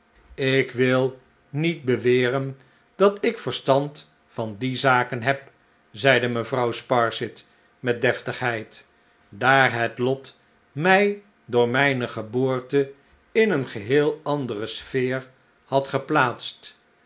ik wil niet beweren dat ik verstand van die zaken heb zeide mevrouw sparsit met deftigheid daar het lot mij door mijne geboorte in een geheel andere sfeer had geplaatst